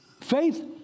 faith